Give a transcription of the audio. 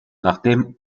nachdem